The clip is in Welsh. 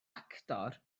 actor